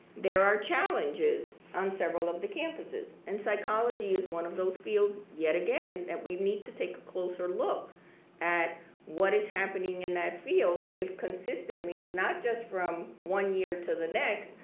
there are challenges on several of the campuses, and psychology is one of those fields, yet again that we need to take a closer look at what it is happening in that field if consistently not just from one year to the next,